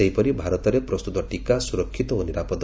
ସେହିପରି ଭାରତରେ ପ୍ରସ୍ତୁତ ଟିକା ସୁରକ୍ଷିତ ଓ ନିରାପଦ